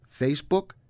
Facebook